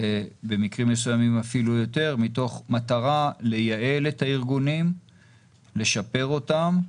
ובמקרים מסוימים אפילו יותר מתוך מטרה לייעל את הארגונים ולשפר אותם.